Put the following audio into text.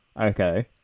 Okay